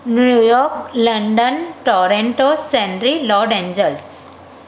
New York London Toronto सैनरी Los Angeles